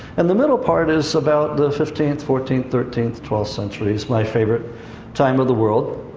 and the middle part is about the fifteenth, fourteenth, thirteenth, twelfth centuries, my favorite time of the world.